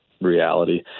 reality